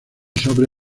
sobre